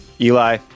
Eli